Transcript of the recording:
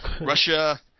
Russia